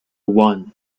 one